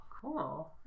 Cool